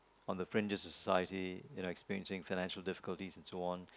on the fringe of society you know experiencing financial difficulties and so on